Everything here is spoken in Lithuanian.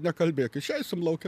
nekalbėk išeisim lauke